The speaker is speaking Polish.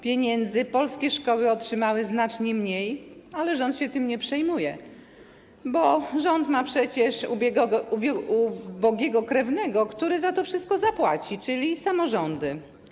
Pieniędzy polskie szkoły otrzymały znacznie mniej, ale rząd się tym nie przejmuje, bo rząd ma przecież ubogiego krewnego, który za to wszystko zapłaci, czyli samorządy.